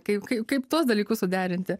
kaip kaip kaip tuos dalykus suderinti